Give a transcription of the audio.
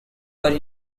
were